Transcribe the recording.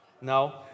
no